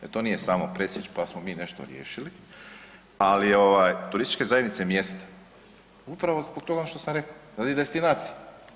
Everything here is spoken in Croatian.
Jer to nije samo presjeći pa smo mi nešto riješili, ali ovaj, turističke zajednice mjesta, upravo zbog toga što sam rekao, radi destinacije.